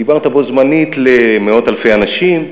דיברת בו-זמנית למאות אלפי אנשים,